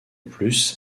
plus